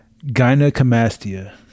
gynecomastia